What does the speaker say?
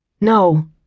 No